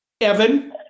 Evan